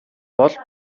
бол